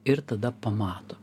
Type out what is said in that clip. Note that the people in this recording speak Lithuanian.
ir tada pamato